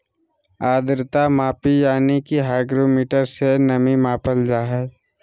आद्रता मापी यानी कि हाइग्रोमीटर से नमी मापल जा हय